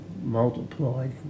multiplied